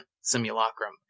Simulacrum